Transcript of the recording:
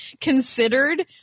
considered